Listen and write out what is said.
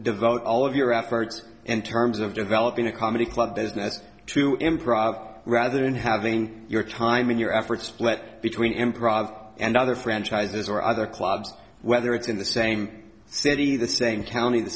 devote all of your efforts and terms of developing a comedy club business to improv rather than having your time in your efforts split between improv and other franchises or other clubs whether it's in the same city the same county the